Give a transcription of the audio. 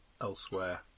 elsewhere